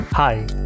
Hi